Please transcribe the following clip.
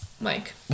Mike